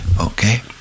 Okay